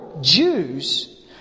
Jews